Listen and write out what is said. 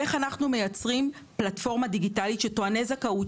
איך אנחנו מייצרים פלטפורמה דיגיטלית של טועני זכאות,